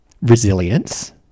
resilience